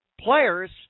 players